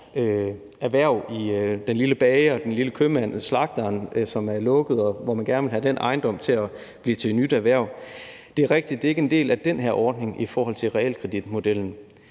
altså den lille bager, den lille købmand, slagteren, som er lukket, og hvor man gerne vil have den ejendom til at huse et nyt erhverv: Det er rigtigt, at det ikke er en del af den her ordning i forhold til realkreditmodellen,